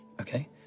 Okay